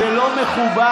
זה לא מכובד.